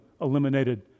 eliminated